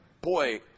boy